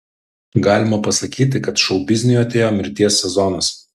galima pasakyti kad šou bizniui atėjo mirties sezonas